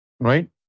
Right